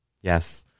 Yes